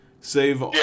save